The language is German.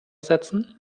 setzen